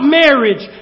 marriage